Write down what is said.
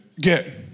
get